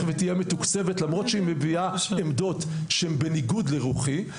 ותהיה מתוקצבת למרות שהיא מביעה עמדות שהם בניגוד לרוחי,